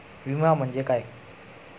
विमा म्हणजे काय?